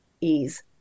ease